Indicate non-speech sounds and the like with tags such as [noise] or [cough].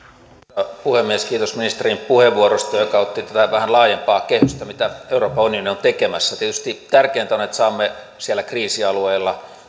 arvoisa puhemies kiitos ministerin puheenvuorosta joka otti esille tätä vähän laajempaa kehystä mitä euroopan unioni on tekemässä tietysti tärkeintä on on että saamme siellä kriisialueella [unintelligible]